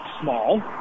small